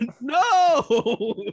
No